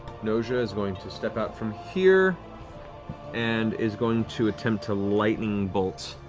noja is going to step out from here and is going to attempt to lightning bolt.